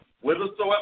whithersoever